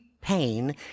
pain